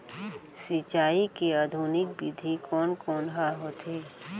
सिंचाई के आधुनिक विधि कोन कोन ह होथे?